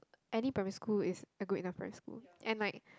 any primary school is a good enough primary school and like